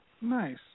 Nice